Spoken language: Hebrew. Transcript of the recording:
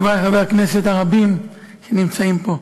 חברי חברי הכנסת הרבים שנמצאים פה,